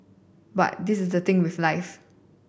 but this is the thing with life